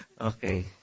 Okay